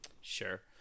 sure